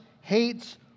hates